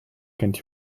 kennt